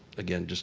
again, just